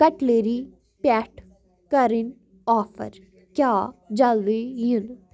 cutlery پٮ۪ٹھ کَرٕنۍ offer کیٛاہ جلدی یِن